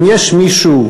אם יש מישהו,